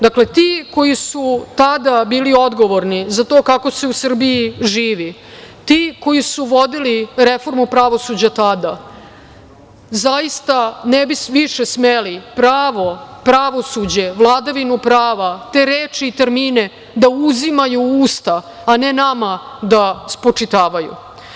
Dakle, ti koji su tada bili odgovorni za to kako se u Srbiji živi, ti koji su vodili reformu pravosuđa tada, zaista ne bi više smeli pravo pravosuđe, vladavinu prava, te reči, termine da uzimaju u usta, a ne nama da spočitavaju.